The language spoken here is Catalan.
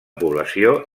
població